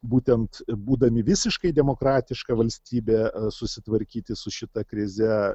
būtent būdami visiškai demokratiška valstybe susitvarkyti su šita krize